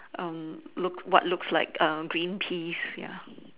um look what looks like um green peas ya